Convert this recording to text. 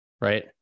Right